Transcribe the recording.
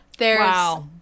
Wow